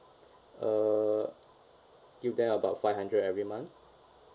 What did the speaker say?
uh give them about five hundred every month